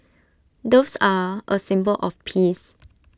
doves are A symbol of peace